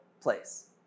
place